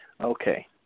Okay